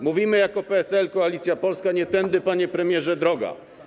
Mówimy jako PSL, jako Koalicja Polska: Nie tędy, panie premierze, droga.